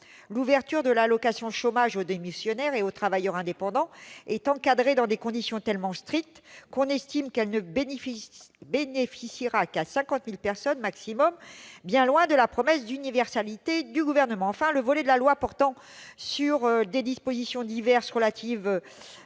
l'ouverture de l'allocation chômage aux démissionnaires et aux travailleurs indépendants est encadrée dans des conditions tellement strictes que l'on estime qu'elle ne bénéficiera qu'à 50 000 personnes au maximum, bien loin de la promesse d'universalité du Gouvernement. Enfin, le volet du projet de loi portant des dispositions diverses relatives